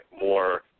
more